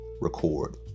record